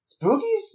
Spookies